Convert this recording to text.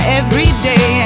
everyday